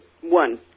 one